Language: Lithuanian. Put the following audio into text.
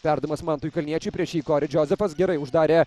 perdavimas mantui kalniečiui prieš jį kori džozefas gerai uždarė